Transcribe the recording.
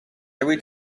every